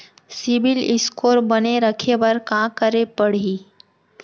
CIBIL score बने रखे बर का करे पड़ही?